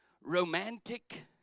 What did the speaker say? romantic